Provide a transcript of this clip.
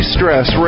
Stress